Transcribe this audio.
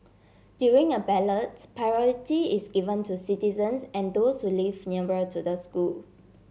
during a ballots priority is given to citizens and those who live nearer to the school